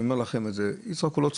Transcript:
אני אומר לכם את זה: יצחק הוא לא צפוי,